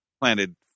planted